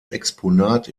exponat